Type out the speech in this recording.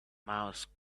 mouse